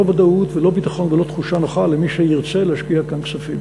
ודאות ולא ביטחון ולא תחושה נוחה למי שירצה להשקיע כאן כספים.